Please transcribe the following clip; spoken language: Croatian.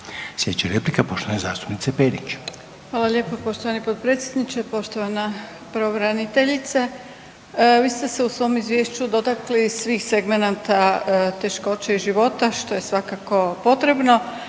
Slijedeća replika je poštovane zastupnice Perić.